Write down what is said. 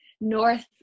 North